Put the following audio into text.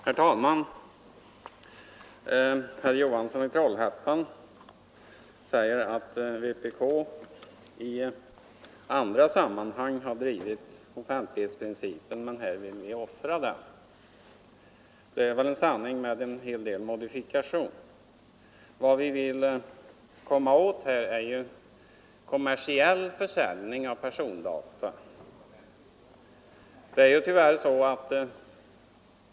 Herr talman! Herr Johansson i Trollhättan säger att vpk i andra sammanhang har drivit offentlighetsprincipen men här vill offra den. Det är väl en sanning med en hel del modifikation. Vad vi vill komma åt är kommersiell försäljning av persondata.